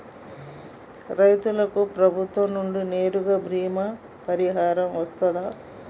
రైతులకు ప్రభుత్వం నుండి నేరుగా బీమా పరిహారం వత్తదా?